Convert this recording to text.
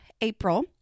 April